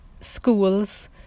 schools